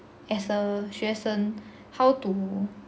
as a 学生 how to